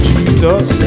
Jesus